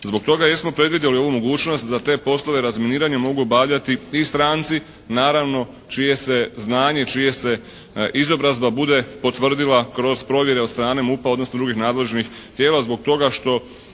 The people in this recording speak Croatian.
Zbog toga jesmo predvidjeli ovu mogućnost da te poslove razminiranja mogu obavljati i stranci naravno čije se znanje i čija se izobrazba bude potvrdila kroz provjere od strane MUP-a, odnosno drugih nadležnih tijela zbog toga što